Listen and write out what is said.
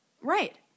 Right